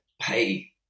pay